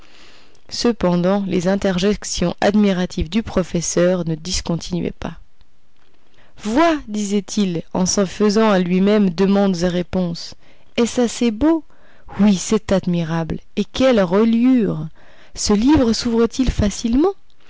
cependant les interjections admiratives du professeur ne discontinuaient pas vois disait-il en se faisant à lui-même demandes et réponses est-ce assez beau oui c'est admirable et quelle reliure ce livre souvre t il facilement